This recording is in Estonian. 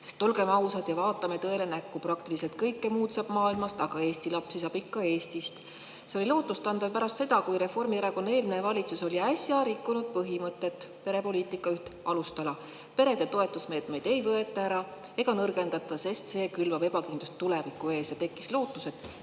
Sest oleme ausad ja vaatame tõele näkku: praktiliselt kõike muud saab maailmast, aga Eesti lapsi saab ikka Eestist. See oli lootustandev pärast seda, kui Reformierakonna eelmine valitsus oli äsja rikkunud põhimõtet, perepoliitika üht alustala, et perede toetusmeetmeid ei võeta ära ega nõrgendata, sest see külvab ebakindlust tuleviku ees. Tekkis lootus,